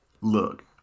Look